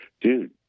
Dude